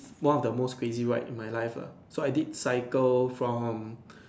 one of the most crazy ride in my life lah so I did cycle from home